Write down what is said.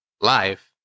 life